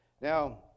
Now